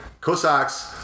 Cossacks